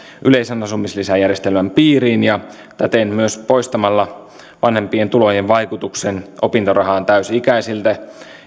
yleisen asumislisäjärjestelmän piiriin ja täten myös poistamalla vanhempien tulojen vaikutuksen opintorahaan täysi ikäisiltä